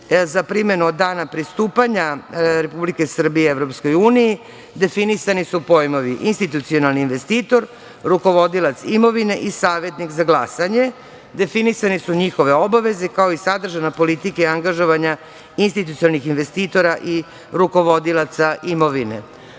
za primenu od dana pristupanja Republike Srbije EU, definisani su pojmovi - institucionalni investitor, rukovodilac imovine i savetnik za glasanje, definisane su njihove obaveze kao i sadržina politike i angažovanja institucionalnih investitora i rukovodilaca imovine.S